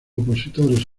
opositores